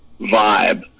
vibe